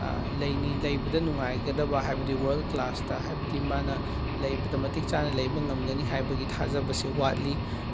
ꯂꯩꯕꯗ ꯅꯨꯡꯉꯥꯏꯒꯗꯕ ꯍꯥꯏꯕꯗꯤ ꯋꯥꯔꯜ ꯀ꯭ꯂꯥꯁꯇ ꯍꯥꯏꯕꯗꯤ ꯃꯥꯅ ꯂꯩꯕꯗ ꯃꯇꯤꯛ ꯆꯥꯅ ꯂꯩꯕ ꯉꯝꯒꯅꯤ ꯍꯥꯏꯕꯒꯤ ꯊꯥꯖꯕꯁꯦ ꯋꯥꯠꯂꯤ